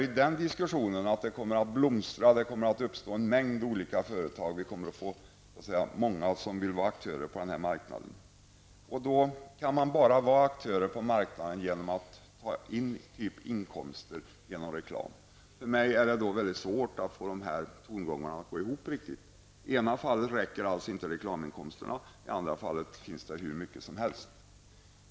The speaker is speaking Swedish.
I den diskussionen hävdar man att den kommer att blomstra, att en mängd olika företag kommer att uppstå och att många kommer att vilja vara aktörer på denna marknad. Man kan bara vara aktör på marknaden genom att ta in inkomster, exempelvis genom reklam. För mig är det väldigt svårt att få dessa tongångar att riktigt gå ihop. I det ena fallet räcker inte reklaminkomsterna, och i det andra fallet finns det hur mycket som helst.